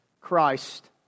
Christ